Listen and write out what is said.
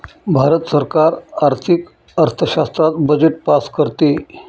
भारत सरकार आर्थिक अर्थशास्त्रात बजेट पास करते